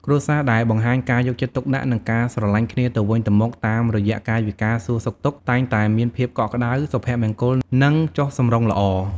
គ្រួសារដែលបង្ហាញការយកចិត្តទុកដាក់ និងការស្រឡាញ់គ្នាទៅវិញទៅមកតាមរយៈកាយវិការសួរសុខទុក្ខ តែងតែមានភាពកក់ក្ដៅ សុភមង្គល និងចុះសម្រុងល្អ។